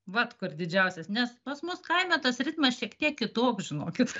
vat kur didžiausias nes pas mus kaime tas ritmas šiek tiek kitoks žinokit